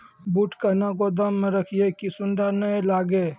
बूट कहना गोदाम मे रखिए की सुंडा नए लागे?